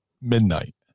midnight